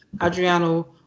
Adriano